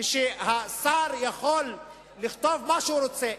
ושר יכול לכתוב מה שהוא רוצה.